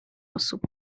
osób